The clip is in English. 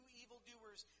evildoers